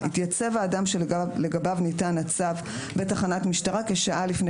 יתייצב האדם שלגביו ניתן הצו בתחנת משטרה כשעה לפני